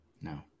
No